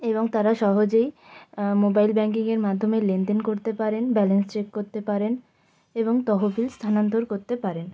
এবং তারা সহজেই মোবাইল ব্যাঙ্কিংয়ের মাধ্যমে লেনদেন করতে পারেন ব্যালেন্স চেক করতে পারেন এবং তহবিল স্থানান্তর করতে পারেন